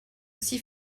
aussi